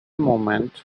movement